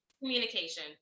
Communication